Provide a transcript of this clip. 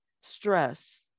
stress